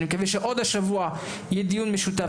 אני מקווה שעוד השבוע יהיה דיון משותף,